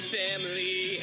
family